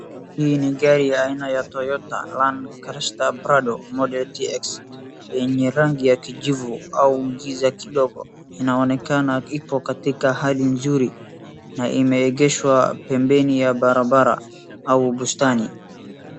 Hii ni gari aina ya Toyota landcruiser prado model TX yenye rangi ya kijivu au giza kidogo. Inaonekana ipo katika hali nzuri na imeegeshwa pembeni ya barabara au bustani.